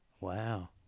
Wow